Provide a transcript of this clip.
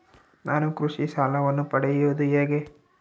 ನಾನು ಕೃಷಿ ಸಾಲವನ್ನು ಪಡೆಯೋದು ಹೇಗೆ?